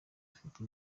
afite